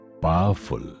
powerful